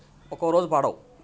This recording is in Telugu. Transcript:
ఒక్కోరోజు పడవు